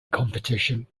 competition